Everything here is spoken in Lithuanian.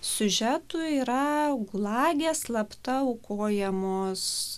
siužetų yra gulage slapta aukojamos